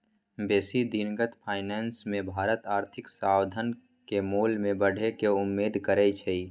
बेशी दिनगत फाइनेंस मे भारत आर्थिक साधन के मोल में बढ़े के उम्मेद करइ छइ